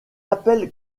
appelle